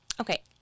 Okay